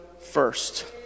first